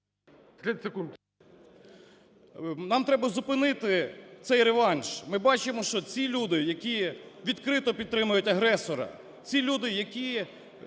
Нам треба зупинити цей реванш. Ми бачимо, що ці люди, які відкрито підтримують агресора, ці люди, які